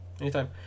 anytime